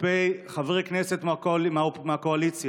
כלפי חברי כנסת מהקואליציה,